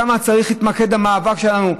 שם צריך להתמקד המאבק שלנו,